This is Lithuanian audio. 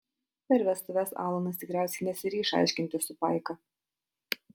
per vestuves alanas tikriausiai nesiryš aiškintis su paika